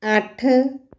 ਅੱਠ